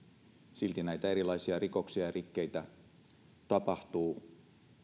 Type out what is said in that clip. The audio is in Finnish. silti näitä erilaisia rikoksia ja rikkeitä valitettavasti tapahtuu